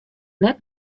net